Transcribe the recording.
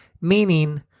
Meaning